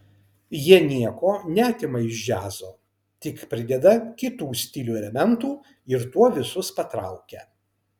jie nieko neatima iš džiazo tik prideda kitų stilių elementų ir tuo visus patraukia